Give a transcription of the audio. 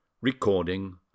Recording